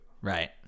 right